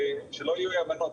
שלא יהיו אי הבנות,